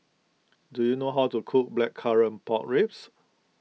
do you know how to cook Blackcurrant Pork Ribs